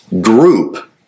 group